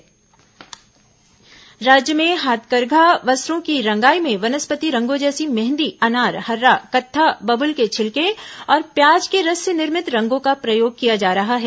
समीक्षा बैठक राज्य में हाथकरघा वस्त्रों की रंगाई में वनस्पति रंगों जैसे मेहंदी अनार हर्रा कत्था बबूल के छिलके और प्याज के रस से निर्मित रंगों का प्रयोग किया जा रहा है